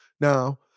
Now